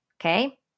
okay